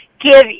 give